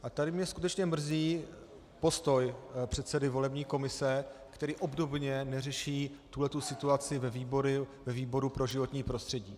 A tady mě skutečně mrzí postoj předsedy volební komise, který obdobně neřeší tuto situaci ve výboru pro životní prostředí.